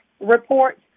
report